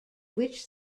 which